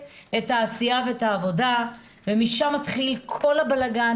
את העשייה ואת העבודה ומשם מתחיל כל הבלגן,